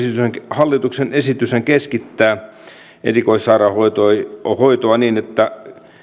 hallituksen esityshän keskittää erikoissairaanhoitoa niin että